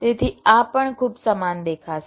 તેથી આ પણ ખૂબ સમાન દેખાશે